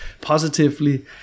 positively